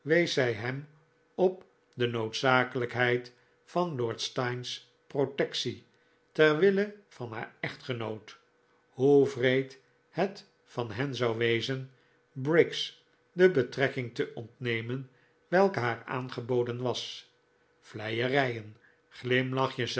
zij hem op de noodzakelijkheid van lord steyne's protectie ter wille van haar echtgenoot hoe wreed het van hen zou wezen briggs de betrekking te ontnemen welke haar aangeboden was vleierijen glimlachjes